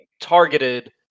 targeted